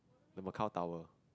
the Macau tower